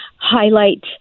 highlight